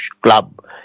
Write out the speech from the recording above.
club